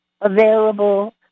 available